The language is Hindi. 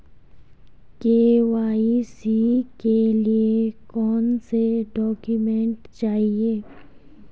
के.वाई.सी के लिए कौनसे डॉक्यूमेंट चाहिये?